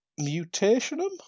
Mutationum